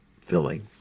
filling